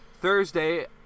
Thursday